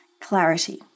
clarity